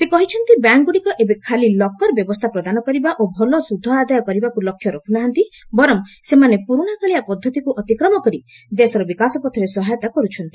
ସେ କହିଛନ୍ତି ବ୍ୟାଙ୍କ ଗୁଡ଼ିକ ଏବେ ଖାଲି ଲକର ବ୍ୟବସ୍ଥା ପ୍ରଦାନ କରିବା ଓ ଭଲ ସୁଧ ଆଦାୟ କରିବାକୁ ଲକ୍ଷ୍ୟ ରଖୁନାହାନ୍ତି ବର୍ଚ ସେମାନେ ପୁର୍ଣାକାଳିଆ ପଦ୍ଧତିକୁ ଅତିକ୍ମ କରି ଦେଶର ବିକାଶ ପଥରେ ସହାୟତା କର୍ଛନ୍ତି